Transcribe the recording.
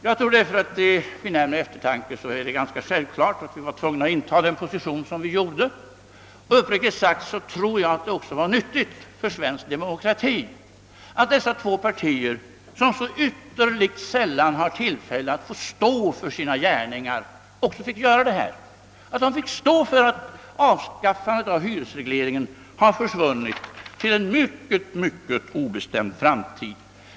Vid närmare besinnande måste man därför finna det självklart att vi var tvungna att inta den position som vi valde när propositionen drogs tillbaka. Uppriktigt sagt tror jag att det också var nyttigt för svensk demokrati att dessa två partier, som så ytterligt sällan har tillfälle att stå för sina gärningar, fick göra det, fick stå för att avskaffandet av hyresregleringen har uppskjutits till en mycket obestämd framtid.